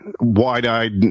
wide-eyed